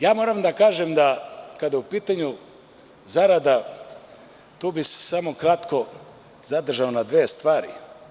Ja moram da kažem da, kada je u pitanju zarada, tu bi se samo kratko zadržao na dve stvari.